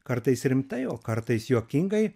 kartais rimtai o kartais juokingai